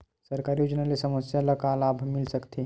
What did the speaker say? सरकारी योजना ले समस्या ल का का लाभ मिल सकते?